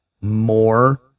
more